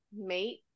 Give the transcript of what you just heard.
mate